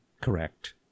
Correct